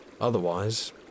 Otherwise